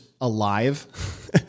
alive